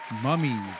Mummies